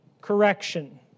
correction